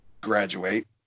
graduate